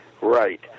Right